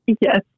Yes